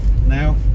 now